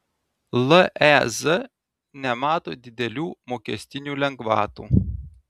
lez nemato didelių mokestinių lengvatų